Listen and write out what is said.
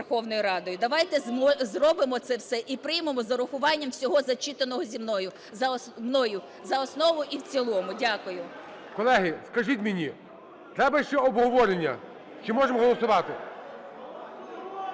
Давайте зробимо це все і приймемо з урахуванням всього, зачитаного мною, за основу і в цілому. Дякую. ГОЛОВУЮЧИЙ. Колеги, скажіть мені, треба ще обговорення чи можемо голосувати?